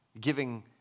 giving